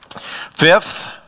Fifth